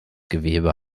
gewebe